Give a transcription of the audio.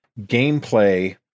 gameplay